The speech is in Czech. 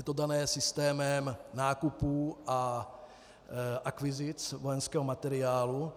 Je to dané systémem nákupů a akvizic vojenského materiálu.